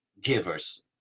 givers